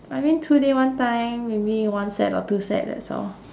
I mean two day one time maybe one set or two set that's all